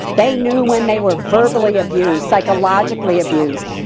they knew when they were verbally abused, psychologically abused.